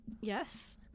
Yes